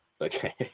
Okay